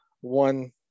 one